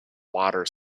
water